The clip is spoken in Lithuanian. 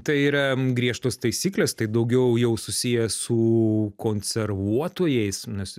tai yra griežtos taisyklės tai daugiau jau susiję su konservuotojais nes